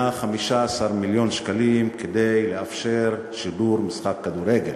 15 מיליון שקלים כדי לאפשר שידור משחק כדורגל.